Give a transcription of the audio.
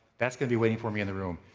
that's gonna be waiting for me in the room.